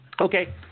Okay